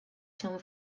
się